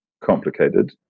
complicated